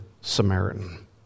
Samaritan